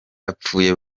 hapfuye